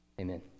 Amen